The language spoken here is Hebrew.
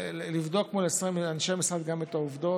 לבדוק מול 20 אנשי משרד את העובדות,